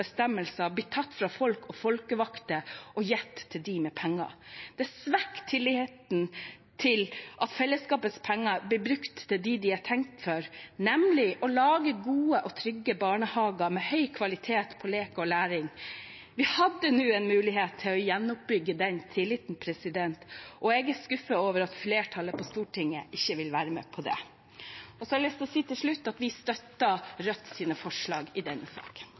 blir tatt fra folk og folkevalgte og gitt til dem med penger. Det svekker tilliten til at fellesskapets penger blir brukt på det de er tenkt til, nemlig å lage gode og trygge barnehager med høy kvalitet på lek og læring. Vi hadde nå en mulighet til å gjenoppbygge den tilliten, og jeg er skuffet over at flertallet på Stortinget ikke vil være med på det. Til slutt har jeg lyst til å si at vi støtter Rødts forslag i denne saken.